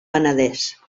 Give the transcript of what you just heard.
penedès